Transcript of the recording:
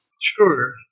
Sure